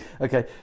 okay